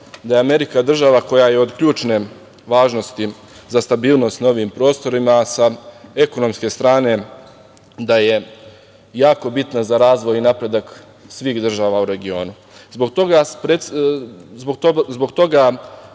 da je Amerika država koja je od ključne važnosti za stabilnost na ovim prostorima, sa ekonomske strane da je jako bitna za razvoj i napredak svih država u regionu. Zbog toga